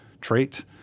trait